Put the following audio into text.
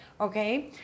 Okay